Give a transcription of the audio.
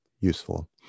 useful